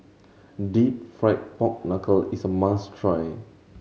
Deep Fried Pork Knuckle is a must try